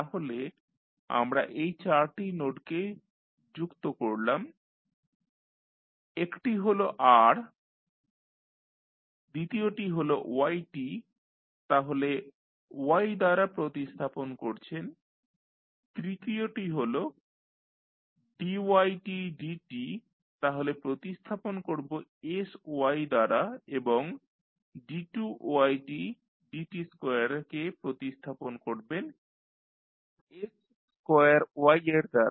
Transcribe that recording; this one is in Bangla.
তাহলে আমরা এই চারটি নোডকে যুক্ত করলাম একটি হল R দ্বিতীয়টি হল y তাহলে Y দ্বারা প্রতিস্থাপন করছেন তৃতীয়টি হল dytdt তাহলে প্রতিস্থাপন করবো sY দ্বারা এবং d2ydt2 কে প্রতিস্থাপন করবেন s2Y এর দ্বারা